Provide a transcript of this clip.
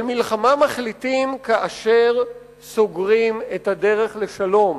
על מלחמה מחליטים כאשר סוגרים את הדרך לשלום,